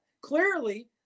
clearly